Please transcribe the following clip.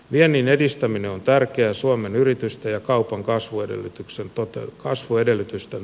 viennin edistäminen on tärkeää suomen yritysten ja kaupan kasvuedellytysten toteuttamiseksi